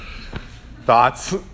thoughts